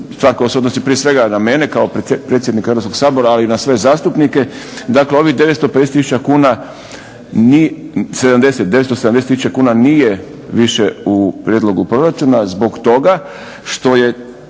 se odnosi prije svega na mene kao predsjednika Hrvatskog sabora, ali i na sve zastupnike. Dakle, ovih 970 tisuća kuna nije više u prijedlogu proračuna zbog toga što su